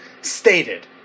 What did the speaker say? stated